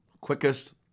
quickest